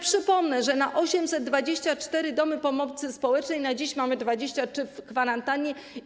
Przypomnę, że na 824 domy pomocy społecznej na dziś mamy 23 w kwarantannie.